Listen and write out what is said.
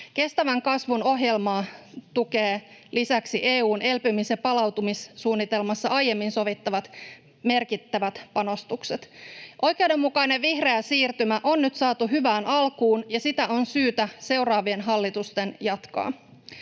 Kestävän kasvun ohjelmaa tukevat lisäksi EU:n elpymis- ja palautumissuunnitelmassa aiemmin sovitut merkittävät panostukset. Oikeudenmukainen vihreä siirtymä on nyt saatu hyvään alkuun, ja sitä on seuraavien hallitusten syytä jatkaa.